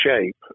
shape